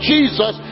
Jesus